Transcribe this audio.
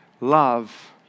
love